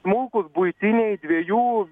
smulkūs buitiniai dviejų